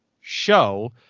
show